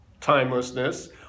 timelessness